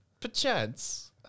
perchance